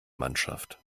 mannschaft